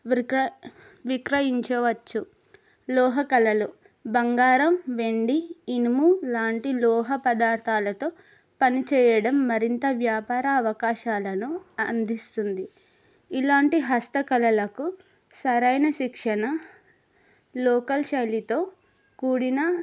విక్ర విక్రయించవచ్చు లోహకళలు బంగారం వెండి ఇనుము లాంటి లోహ పదార్థాలతో పనిచేయడం మరింత వ్యాపార అవకాశాలను అందిస్తుంది ఇలాంటి హస్త కళలకు సరైన శిక్షణ లోకల్ శైలితో కూడిన